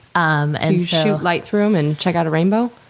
um and shoot light through them and check out a rainbow?